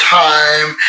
time